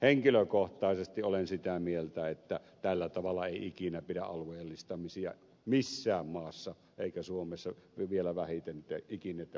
henkilökohtaisesti olen sitä mieltä että tällä tavalla ei ikinä pidä alueellistamisia missään maassa vielä vähiten ikinä suomessa toteuttaa tulevaisuudessa